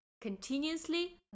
continuously